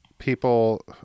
People